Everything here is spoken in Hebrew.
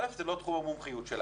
א', זה לא תחום המומחיות שלהם,